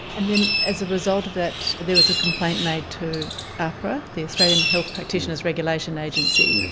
and then as a result of that there was a complaint made to ahpra, the australian health practitioners regulation agency.